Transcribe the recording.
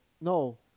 No